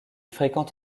fréquente